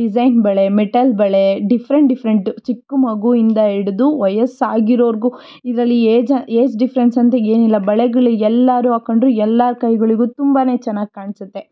design ಬಳೆ metal ಬಳೆ different different ಚಿಕ್ಕ ಮಗುವಿಂದ ಹಿಡ್ದು ವಯಸ್ಸಾಗಿರೋವ್ರಿಗೂ ಇದರಲ್ಲಿ ಏಜ್ ಏಜ್ ಡಿಫ್ರನ್ಸ್ ಅಂತ ಏನೂ ಇಲ್ಲ ಬಳೆಗಳು ಎಲ್ಲರು ಹಾಕೊಂಡ್ರು ಎಲ್ಲರ ಕೈಗಳಿಗೂ ತುಂಬಾ ಚೆನ್ನಾಗಿ ಕಾಣಿಸುತ್ತೆ